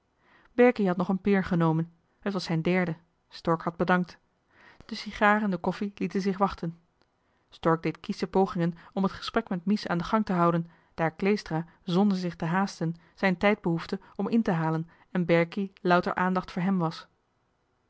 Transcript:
berkie had nog een peer genomen het was zijn derde stork had bedankt de sigaar en de koffie lieten zich wachten stork deed kiesche pogingen om het gesprek met mies aan den gang te houden daar kleestra zonder zich te haasten zijn tijd behoefde om in te halen en berkie louter aandacht voor hem was